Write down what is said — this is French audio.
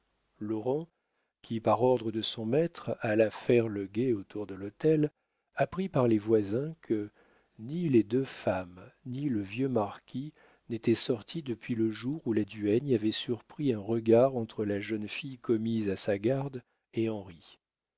laurent qui par ordre de son maître alla faire le guet autour de l'hôtel apprit par les voisins que ni les deux femmes ni le vieux marquis n'étaient sortis depuis le jour où la duègne avait surpris un regard entre la jeune fille commise à sa garde et